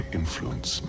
influence